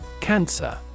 Cancer